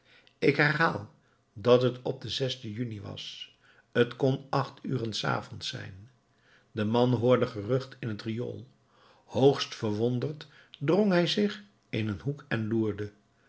ik herhaal dat het op den juni was t kon acht uren s avonds zijn de man hoorde gerucht in het riool hoogst verwonderd drong hij zich in een hoek en loerde